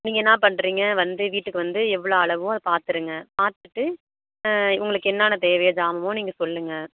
நீங்கள் என்ன பண்ணுறிங்க வந்து வீட்டுக்கு வந்து எவ்வளோ அளவோ அதை பாத்துடுங்க பார்த்துட்டு உங்களுக்கு என்னென்ன தேவையோ ஜாமானோ நீங்கள் சொல்லுங்கள்